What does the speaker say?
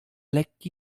lekki